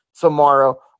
tomorrow